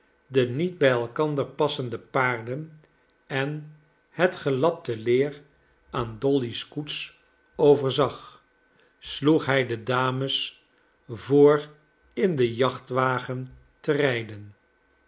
de niet bij elkander passende paarden en het gelapte leer aan dolly's koets overzag sloeg hij de dames voor in den jachtwagen te rijden